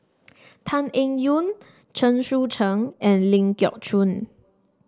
Tan Eng Yoon Chen Sucheng and Ling Geok Choon